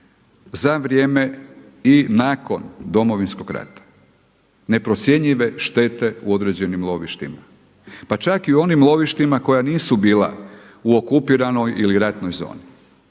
za vrijeme i nakon Domovinskog rata, neprocjenjive štete u određenim lovištima. Pa čak i u onim lovištima koja nisu bila u okupiranoj ili ratnoj zoni.